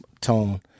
Tone